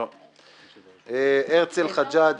הרצל חג'אג.